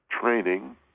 training